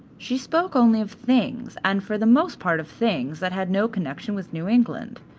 she spoke only of things, and for the most part of things that had no connection with new england.